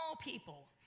people